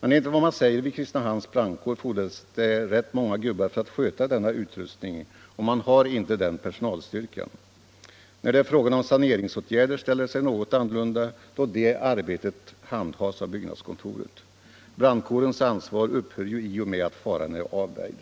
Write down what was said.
Men enligt vad man säger vid Kristinehamns brandkår fordras det rätt många för att sköta denna utrustning, och man har inte den personalstyrkan. När det är fråga om saneringsåtgärder ställer det sig något annorlunda, då det arbetet handhas av byggnadskontoret. Brandkårens ansvar upphör ju i och med att faran är avvärjd.